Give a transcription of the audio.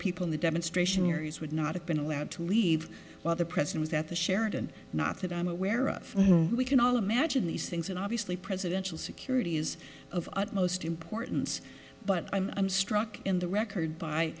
people in the demonstration years would not have been aware to leave while the president is at the sheraton not that i'm aware of we can all imagine these things and obviously presidential security is of utmost importance but i'm i'm struck in the record by